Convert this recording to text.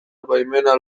baimena